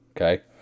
Okay